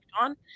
on